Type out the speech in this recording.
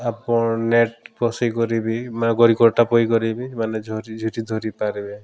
ଆପଣ ନେଟ୍ ପସେଇ କରିବି ମାନେ ଗରିକଟା ପଇକରିବି ମାନେ ଝରି ଝୁରି ଧରିପାର୍ବେ